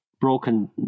broken